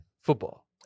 Football